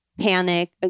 panic